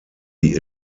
die